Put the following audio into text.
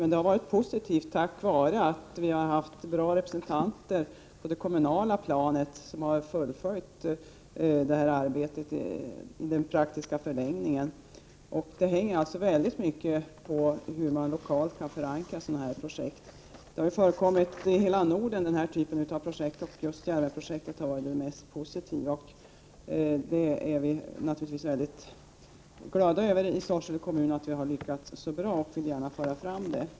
Men det har varit positivt tack vare att vi har haft bra representanter på det kommunala planet som har fullföljt detta arbete praktiskt. Hur sådana projekt skall lyckas hänger mycket samman med hur man lokalt kan förankra dem. Denna typ av projekt har förekommit i hela Norden, och just Djärvenprojektet har varit det mest positiva. Vi i Sorsele kommun är naturligtvis mycket glada över att vi har lyckats så bra och vill gärna föra fram detta.